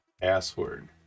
password